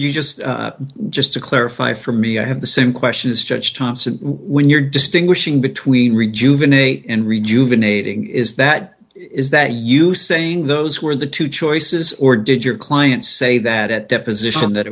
you just just to clarify for me i have the same question as judge thompson when you're distinguishing between rejuvenate and rejuvenating is that is that you saying those were the two choices or did your client say that at deposition that